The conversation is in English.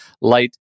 light